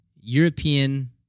European